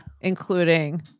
Including